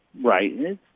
Right